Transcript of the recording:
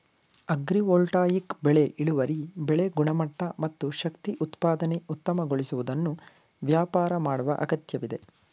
agrivoltaic ಬೆಳೆ ಇಳುವರಿ ಬೆಳೆ ಗುಣಮಟ್ಟ ಮತ್ತು ಶಕ್ತಿ ಉತ್ಪಾದನೆ ಉತ್ತಮಗೊಳಿಸುವುದನ್ನು ವ್ಯಾಪಾರ ಮಾಡುವ ಅಗತ್ಯವಿದೆ